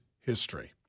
history